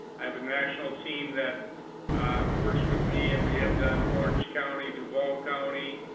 i have a national team that works with me and we have done orange county, duvall county,